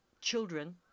children